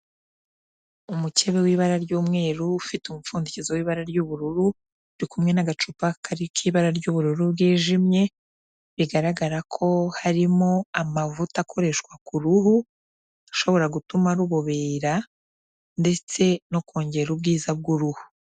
Umukebe w'ibara ry'umweru, ufite umupfundikizo w'ibara ry'ubururu, uri kumwe n'agacupa kari k'ibara ry'ubururu bwijimye, bigaragara ko harimo amavuta akoreshwa ku ruhu, ashobora gutuma rubobera, ndetse no kongera ubwiza bw'uruhu.